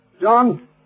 John